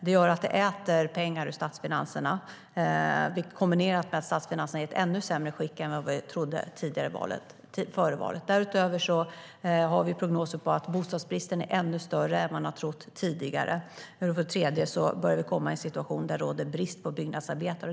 Det slukar pengar ur statsfinanserna i kombination med att statsfinanserna är i ett sämre skick än vad vi trodde före valet. Prognoser visar även att bostadsbristen är större än man tidigare trodde. Det börjar även bli brist på byggnadsarbetare.